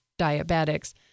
diabetics